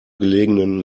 gelegenen